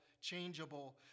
changeable